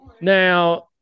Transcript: Now